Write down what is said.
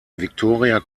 victoria